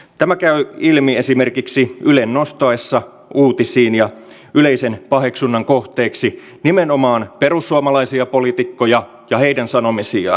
tämä käy ilmi esimerkiksi ylen nostaessa uutisiin ja yleisen paheksunnan kohteeksi nimenomaan perussuomalaisia poliitikkoja ja heidän sanomisiaan